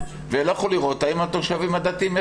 ולכו לראות האם התושבים הדתיים,